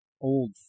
old